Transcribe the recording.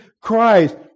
Christ